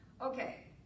Okay